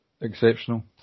exceptional